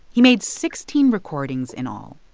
he made sixteen recordings in all.